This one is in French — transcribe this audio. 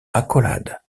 accolade